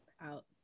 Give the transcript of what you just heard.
out